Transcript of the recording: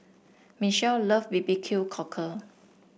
Michel love B B Q Cockle